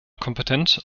kompetent